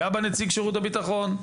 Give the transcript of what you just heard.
היה בה נציג שירות הביטחון,